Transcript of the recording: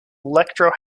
electro